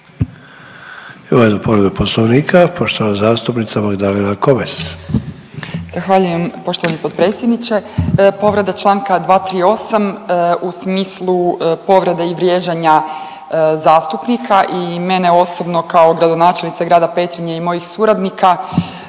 Imamo jednu povredu Poslovnika poštovana zastupnica Magdalena Komes. **Komes, Magdalena (HDZ)** Zahvaljujem poštovani potpredsjedniče. Povreda Članka 238. u smislu povrijede i vrijeđanja zastupnika i mene osobno kao gradonačelnica Grada Petrinje i mojih suradnika